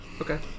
Okay